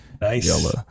Nice